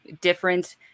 different